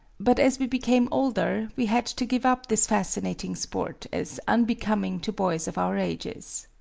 but as we became older we had to give up this fascinating sport as unbecoming to boys of our ages.